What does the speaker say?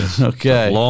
Okay